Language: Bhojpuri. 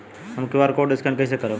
हम क्यू.आर कोड स्कैन कइसे करब?